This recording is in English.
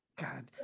god